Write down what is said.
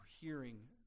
hearing